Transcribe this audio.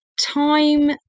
time